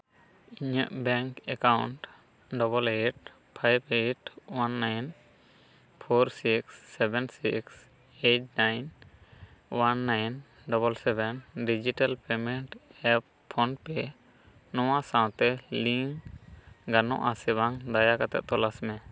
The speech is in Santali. ᱤᱧᱟᱹᱜ bank account double eight five eight one nine four six seven six eight nine one nine double seven digital payment app PhonePe ᱱᱚᱣᱟ ᱥᱟᱶᱛᱮ ᱞᱤᱝᱠ ᱜᱟᱱᱚᱜᱼᱟ ᱥᱮ ᱵᱟᱝ ᱫᱟᱭᱟᱠᱟᱛᱮ ᱛᱚᱞᱟᱥ ᱢᱮ